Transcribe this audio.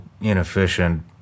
inefficient